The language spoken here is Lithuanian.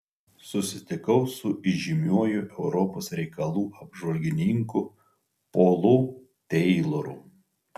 susitikau su įžymiuoju europos reikalų apžvalgininku polu teiloru